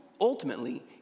ultimately